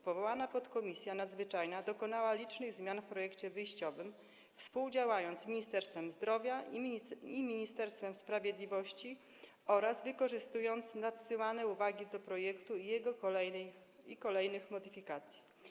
Powołana podkomisja nadzwyczajna dokonała licznych zmian w projekcie wyjściowym, współdziałając z Ministerstwem Zdrowia i Ministerstwem Sprawiedliwości oraz wykorzystując nadsyłane uwagi do projektu i jego kolejnych modyfikacji.